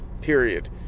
period